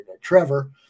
trevor